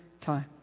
time